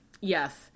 Yes